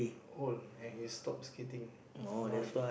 old and he stop skating now he